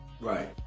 right